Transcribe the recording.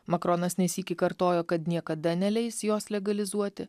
makronas ne sykį kartojo kad niekada neleis jos legalizuoti